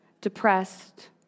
depressed